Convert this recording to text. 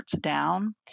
down